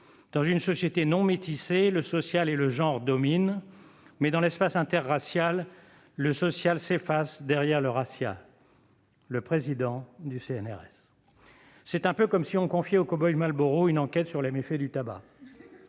Dans une société non métissée, le social et le genre dominent, mais dans l'espace interracial, le social s'efface derrière le racial. » Il s'agit bien du président du CNRS ... C'est un peu comme si l'on confiait au cow-boy Marlboro une enquête sur les méfaits du tabac.